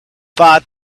but